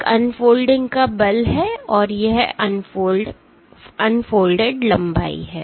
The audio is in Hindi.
एक अनफोल्डिंग का बल है और यह अनफोल्डेड लंबाई है